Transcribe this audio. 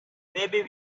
maybe